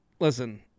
listen